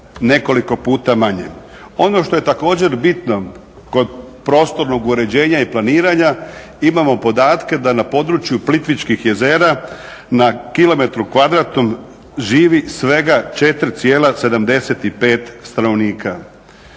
Ono što je također bitno kod prostornog uređenja i planiranja, imamo podatke da na području Plitvičkih jezera na kilometru kvadratnom živi svega 4,75 stanovnika.